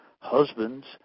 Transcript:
husbands